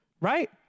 Right